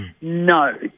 No